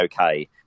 okay